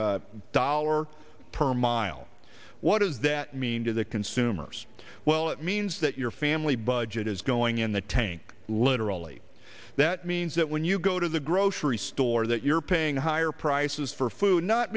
my dollar per mile what does that mean to the consumers well it means that your family budget is going in the tank literally that means that when you go to the grocery store that you're paying higher prices for food not